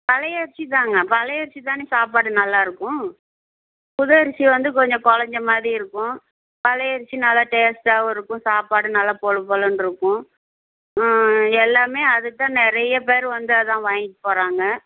பழைய அரிசி தாங்க பழைய அரிசி தானே சாப்பாடு நல்லாயிருக்கும் புது அரிசி வந்து கொஞ்சம் குலஞ்ச மாதிரி இருக்கும் பழைய அரிசி நல்லா டேஸ்ட்டாகவும் இருக்கும் சாப்பாடு நல்லா புல புலன்ருக்கும் எல்லாமே அதுக்கு தான் நிறைய பேர் வந்து அதுதான் வாங்கிகிட்டு போகிறாங்க